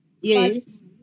Yes